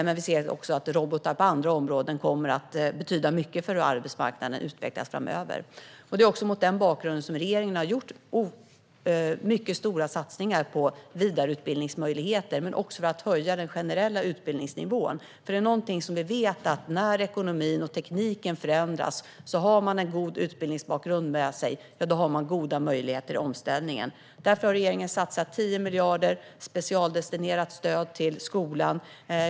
Även på andra områden kommer robotar att betyda mycket för arbetsmarknadens utveckling framöver. Regeringen har mot den bakgrunden gjort mycket stora satsningar på vidareutbildningsmöjligheter, men också på att höja den generella utbildningsnivån. En sak vet vi nämligen: När ekonomin och tekniken förändras gör en god utbildningsbakgrund att man har goda möjligheter i omställningen. Därför har regeringen satsat 10 miljarder i specialdestinerat stöd till skolan.